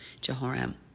Jehoram